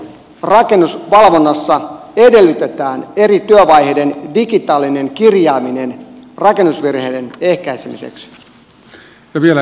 milloin rakennusvalvonnassa edellytetään eri työvaiheiden digitaalinen kirjaaminen rakennusvirheiden ehkäisemiseksi